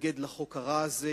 להתנגד לחוק הרע הזה,